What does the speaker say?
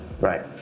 right